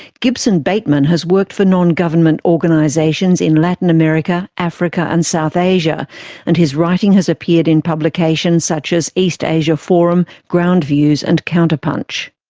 gibson bateman has worked for non-government organisations in latin america, africa and south asia and his writing has appeared in publications such as east asia forum, groundviews, and counterpunch.